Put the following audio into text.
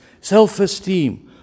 self-esteem